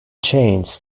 changes